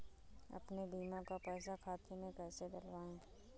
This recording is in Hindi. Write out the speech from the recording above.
अपने बीमा का पैसा खाते में कैसे डलवाए?